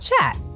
chat